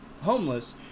homeless